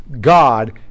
God